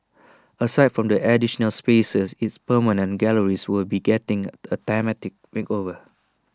aside from the additional spaces its permanent galleries will be getting A thematic makeover